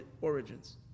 origins